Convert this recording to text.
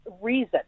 reason